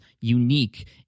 unique